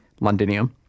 Londinium